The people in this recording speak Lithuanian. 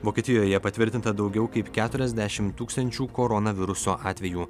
vokietijoje patvirtinta daugiau kaip keturiasdešimt tūkstančių koronaviruso atvejų